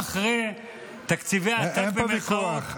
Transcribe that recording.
אין פה ויכוח.